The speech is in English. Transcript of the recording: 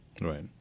Right